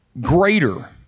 greater